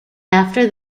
after